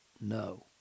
no